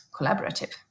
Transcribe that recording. collaborative